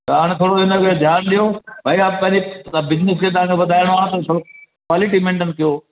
त हाणे थोरो हिनखे ध्यानु ॾियो भई या पहिरीं बिजनेस खे तव्हां न वधाइणो आहे त थोरो क्वालिटी मेंटेन कयो